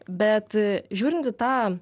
bet žiūrint į tą